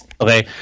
Okay